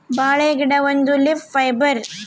ಬಾಳೆ ಗಿಡ ಒಂದು ಲೀಫ್ ಫೈಬರ್